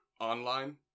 online